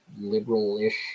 liberal-ish